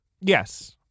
Yes